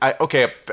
okay